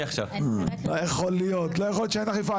לא יכול להיות שאין אכיפה,